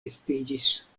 estiĝis